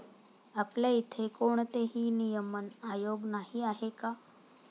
आपल्या इथे कोणतेही नियमन आयोग नाही आहे का?